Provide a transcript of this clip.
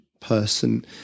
person